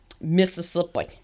Mississippi